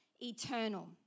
eternal